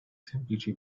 semplici